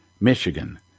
Michigan